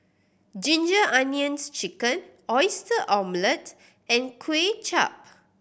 Ginger Onions Chicken Oyster Omelette and Kway Chap